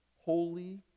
Holy